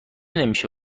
نمیشه